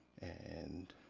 and,